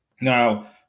Now